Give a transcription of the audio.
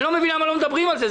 אני לא מבין למה לא מדברים על זה.